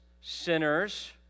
sinners